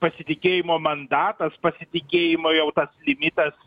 pasitikėjimo mandatas pasitikėjimo jau tas limitas